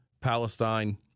Palestine